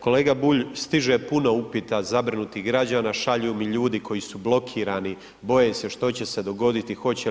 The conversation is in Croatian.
Kolega Bulj, stiže puno upita zabrinutih građana, šalju mi ljudi koji su blokirani, boje se što će se dogoditi, hoće